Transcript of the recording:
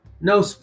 No